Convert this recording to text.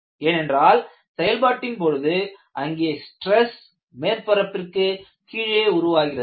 ஏனென்றால் செயல்பாட்டின் பொழுது அங்கே ஸ்ட்ரெஸ் மேற்பரப்பிற்கு கீழே உருவாகிறது